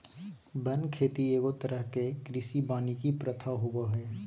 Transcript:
वन खेती एगो तरह के कृषि वानिकी प्रथा होबो हइ